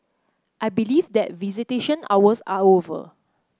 I believe that visitation hours are over